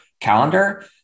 calendar